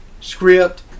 script